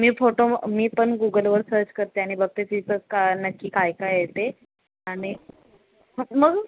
मी photo मी पण गुगलवर सर्च करते आणि बघते तिथं का नक्की काय काय आहे ते आणि मग